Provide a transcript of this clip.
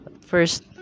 first